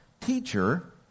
Teacher